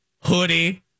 hoodie